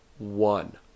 One